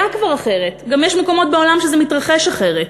היה כבר אחרת, גם יש מקומות בעולם שזה מתרחש אחרת.